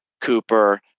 Cooper